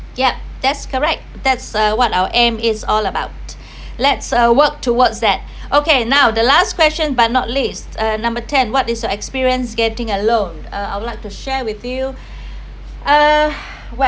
yup that's correct that's uh what our aim is all about let's uh work towards that okay now the last question but not least uh number ten what is your experience getting a loan uh I would like to share with you uh where